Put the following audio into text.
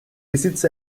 besitzt